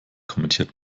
kommentiert